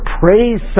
praise